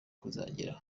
kuzagera